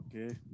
Okay